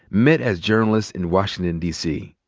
met as journalists in washington, d. c.